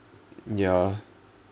ya